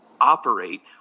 operate